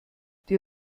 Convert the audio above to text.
die